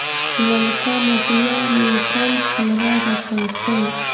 ललका मटीया मे कोन फलबा रोपयतय?